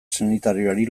sanitarioari